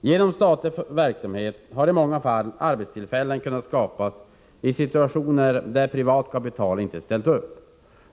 Genom statlig verksamhet har i många fall arbetstillfällen kunnat skapas i situationer där privat kapital inte har ställt upp.